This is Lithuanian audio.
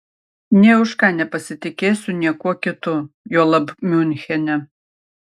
nė už ką nepasitikėsiu niekuo kitu juolab miunchene